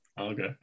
Okay